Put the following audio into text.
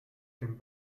dem